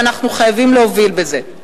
ואנחנו חייבים להוביל בזה.